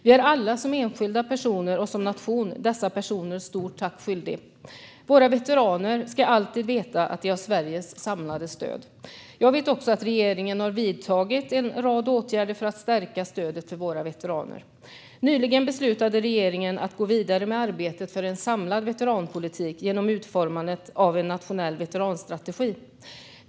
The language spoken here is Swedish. Vi är alla, som enskilda personer och som nation, skyldiga dessa personer stort tack. Våra veteraner ska alltid veta att de har Sveriges samlade stöd. Jag vet också att regeringen har vidtagit en rad åtgärder för att stärka stödet för våra veteraner. Nyligen beslutade regeringen att man skulle gå vidare med arbetet för en samlad veteranpolitik genom utformandet av en nationell veteranstrategi.